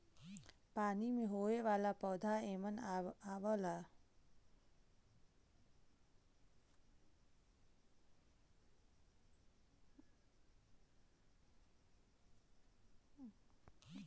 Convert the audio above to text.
पानी में होये वाला पौधा एमन आवला